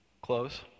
Close